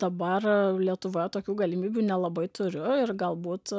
dabar lietuvoje tokių galimybių nelabai turiu ir galbūt